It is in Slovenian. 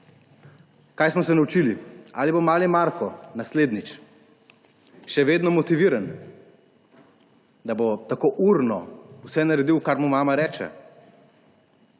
Kaj smo se naučili? Ali bo mali Marko naslednjič še vedno motiviran, bo tako urno vse naredil, kar mu mama reče?